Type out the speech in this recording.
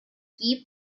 keep